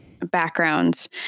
backgrounds